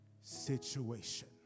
situation